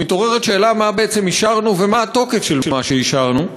מתעוררת השאלה מה בעצם אישרנו ומה התוקף של מה שאישרנו.